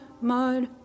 mud